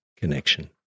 connection